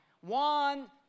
One